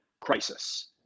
crisis